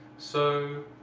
so,